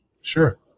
Sure